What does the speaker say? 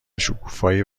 شکوفایی